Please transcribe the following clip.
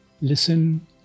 Listen